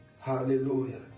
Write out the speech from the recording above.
Hallelujah